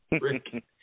Rick